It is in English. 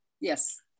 Yes